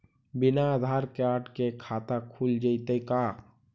बिना आधार कार्ड के खाता खुल जइतै का?